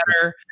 better